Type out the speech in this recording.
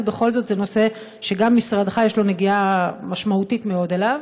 אבל בכל זאת זה נושא שגם למשרדך יש נגיעה משמעותית מאוד בו.